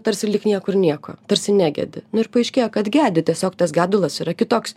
tarsi lyg niekur nieko tarsi negedi nu ir paaiškėja kad gedi tiesiog tas gedulas yra kitoks